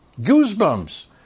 goosebumps